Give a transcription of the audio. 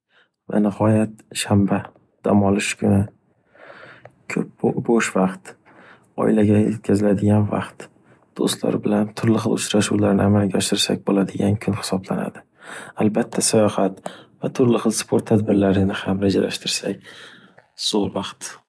Va nihoyat shanba dam olish kuni. Ko’p bo’sh vaxt. Oilaga yetkaziladigan vaxt. Do’stlar bilan turli xil uchrashuvlarni amalga oshirsak bo'ladigan kun hisoplanadi. Albatta sayohat va turli xil sport tadbirlarini ham rejalashtirsak zo’r vaxt